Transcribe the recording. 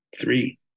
three